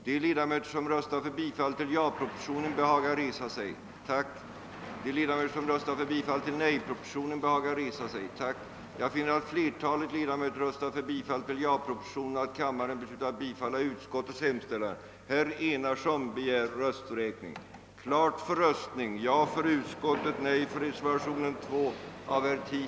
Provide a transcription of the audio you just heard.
Herr talman! Jag ber att få anmäla att min röstning vid den senaste voteringen inte registrerades på voteringstablån.